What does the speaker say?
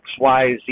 XYZ